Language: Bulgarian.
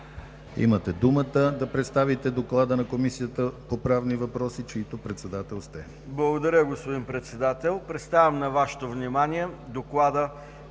имате думата да представите доклада на Комисията по правни въпроси, чийто председател сте. ДОКЛАДЧИК ДАНАИЛ КИРИЛОВ: Благодаря, господин Председател. Представям на Вашето внимание доклада